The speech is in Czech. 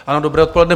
Ano, dobré odpoledne.